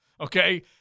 okay